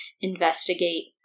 investigate